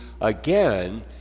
again